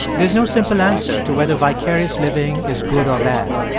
there is no simple answer to whether vicarious living is good or bad.